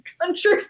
country